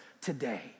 today